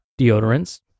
deodorants